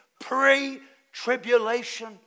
Pre-tribulation